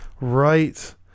Right